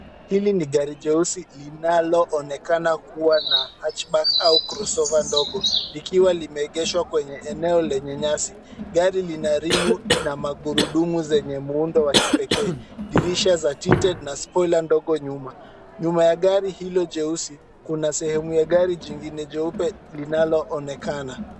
Hili ni gari jeusi linaloonekana kuwa na hatchback au crossover ndogo likiwa limeegeshwa kwenye eneo lenye nyasi. Gari lina rimu na magurudumu zenye muundo wa kipekee, dirisha za tinted na spoiler ndogo nyuma. Nyuma ya gari hilo jeusi kuna sehemu ya gari jingine jeupe linaloonekana.